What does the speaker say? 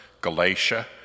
Galatia